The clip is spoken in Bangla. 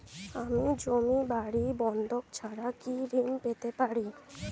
আমি জমি বাড়ি বন্ধক ছাড়া কি ঋণ পেতে পারি?